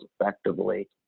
effectively